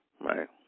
Right